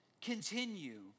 continue